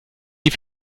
die